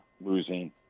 losing